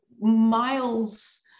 miles